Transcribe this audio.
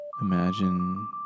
Imagine